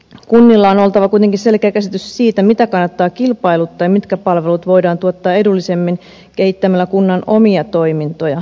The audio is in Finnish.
kunnilla on oltava kuitenkin selkeä käsitys siitä mitä kannattaa kilpailuttaa ja mitkä palvelut voidaan tuottaa edullisemmin kehittämällä kunnan omia toimintoja